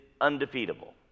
undefeatable